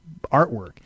artwork